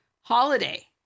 holiday